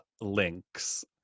links